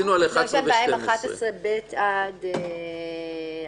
זה לא חל על גוף הביטחון.